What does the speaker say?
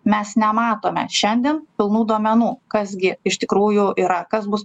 mes nematome šiandien pilnų duomenų kas gi iš tikrųjų yra kas bus